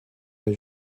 pas